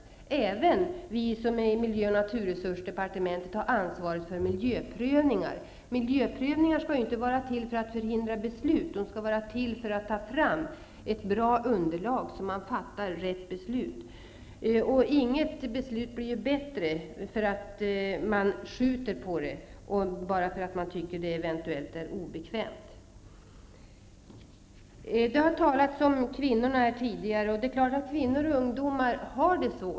Det gäller även oss i miljö och naturresursdepartementet som har ansvar för miljöprövningar. Miljöprövningar skall inte vara till för att förhindra utförandet av fattade beslut, utan de skall vara till för att ta fram bra underlag i syfte att fatta rätt beslut. Inget beslut blir bättre för att man skjuter på det, därför att man eventuellt tycker att det är obekvämt. Det har tidigare här i dag talats om kvinnorna.